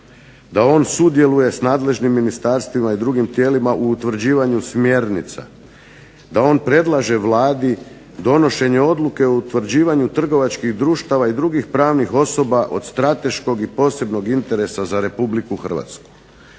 da on sudjeluje s nadležnim ministarstvima i drugim tijelima u utvrđivanju smjernica, da on predlaže Vladi donošenje odluke o utvrđivanju trgovačkih društava i drugih pravnih osoba od strateškog i posebnog interesa za Republiku Hrvatsku.